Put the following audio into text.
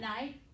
night